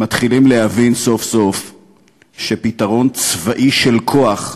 מתחילים להבין סוף-סוף שפתרון צבאי של כוח,